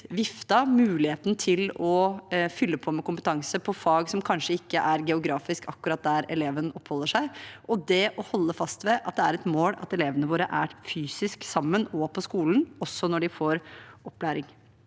ut muligheten til å fylle på med kompetanse i fag som kanskje ikke geografisk er akkurat der eleven oppholder seg, og det å holde fast ved at det er et mål at elevene våre er fysisk sammen, på skolen, også når de får opplæring.